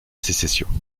sécession